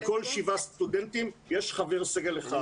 על כל שבעה סטודנטים יש חבר סגל אחד.